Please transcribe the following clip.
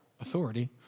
authority